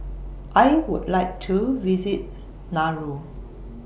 I Would like to visit Nauru